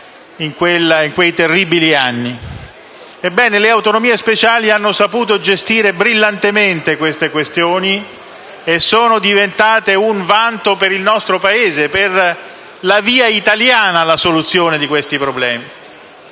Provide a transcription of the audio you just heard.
le autonomie speciali hanno saputo gestire brillantemente tali questioni e sono diventate un vanto per il nostro Paese: la via italiana alla soluzione di questi problemi.